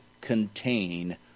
contain